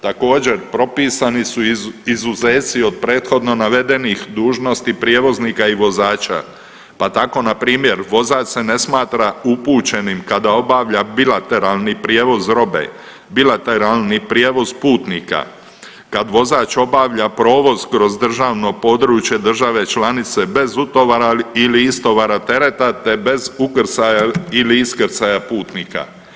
Također, propisani su izuzeci od prethodno navedenih dužnosti prijevoznika i vozača pa tako na primjer vozač se ne smatra upućenim kada obavlja bilateralni prijevoz robe, bilateralni prijevoz putnika, kad vozač obavlja provoz kroz državno područje države članice bez utovara ili istovara tereta, te bez ukrcaja iii iskrcaja putnika.